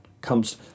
comes